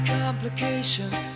complications